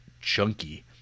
chunky